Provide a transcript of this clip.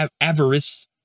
avarice